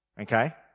okay